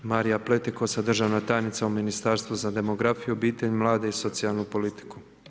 Marija Pletikosa, državna tajnica u Ministarstvu za demografiju, obitelj, mlade i socijalnu politiku.